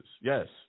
Yes